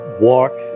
walk